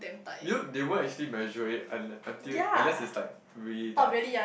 you know they won't actually measure it unle~ until unless it's like really tight